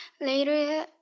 Later